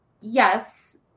yes